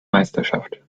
meisterschaft